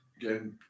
again